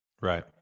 Right